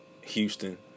Houston